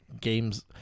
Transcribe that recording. Games